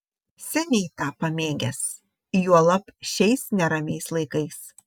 seniai tą pamėgęs juolab šiais neramiais laikais